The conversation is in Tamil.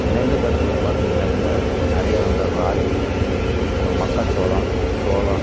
நெல்லுக்கு அடுத்தது பார்த்திங்கனாக்கா நிறைய வந்து ராகி அப்புறம் மக்காச்சோளம் சோளம்